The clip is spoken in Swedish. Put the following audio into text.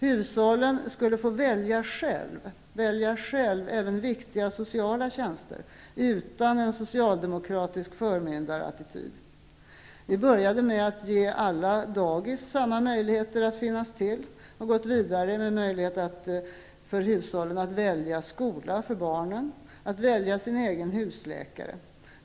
Hushållen skulle själva få välja viktiga sociala tjänster, utan den socialdemokratiska förmyndarattityden. Vi började med att ge alla dagis samma möjligheter, och har gått vidare med möjligheten för hushållen att välja skola för barnen och att välja sin egen husläkare.